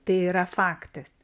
tai yra faktas